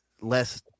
less